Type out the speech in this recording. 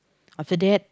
after that